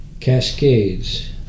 Cascades